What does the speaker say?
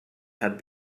had